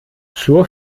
zur